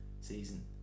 season